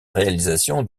réalisation